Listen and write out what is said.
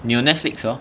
你有 Netflix hor